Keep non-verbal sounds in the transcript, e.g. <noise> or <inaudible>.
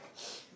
<noise>